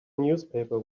newspaper